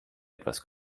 etwas